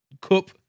cup